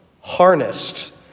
harnessed